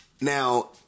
now